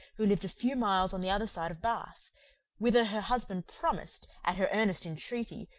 who lived a few miles on the other side of bath whither her husband promised, at her earnest entreaty,